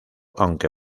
aunque